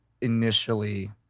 initially